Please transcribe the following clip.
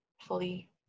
fully